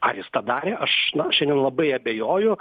ar jis tą darė aš šiandien labai abejoju